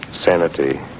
Sanity